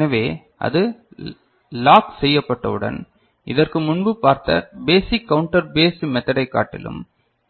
எனவே அது லாக் செய்யப்பட்ட உடன் இதற்கு முன்பு பார்த்த பேசிக் கவுண்டர் பேஸ்ட் மெத்தடை காட்டிலும்